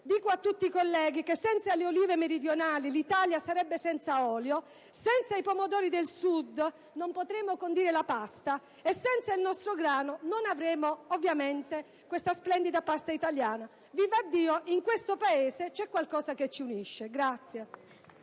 a tutti i colleghi che, senza le olive meridionali, l'Italia sarebbe senza olio, senza i pomodori del Sud non potremmo condire la pasta e, senza il nostro grano, non avremmo ovviamente la splendida pasta italiana. Vivaddio, in questo Paese c'è qualcosa che ci unisce!